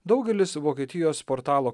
daugelis vokietijos portalo